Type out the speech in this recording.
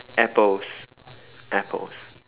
apples apples